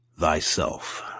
thyself